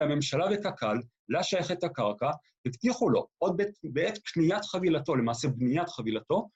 הממשלה וקק"ל, לה שייכת הקרקע, הבטיחו לו, בעת בניית חווילתו, למעשה בניית חווילתו,